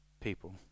people